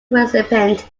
recipient